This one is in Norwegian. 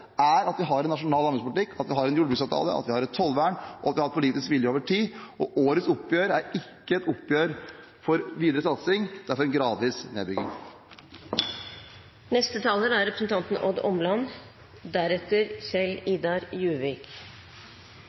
er at vi har en nasjonal landbrukspolitikk, en jordbruksavtale, et tollvern, og har hatt politisk vilje over tid. Årets oppgjør er ikke et oppgjør for videre satsing, det er et oppgjør for en gradvis nedbygging.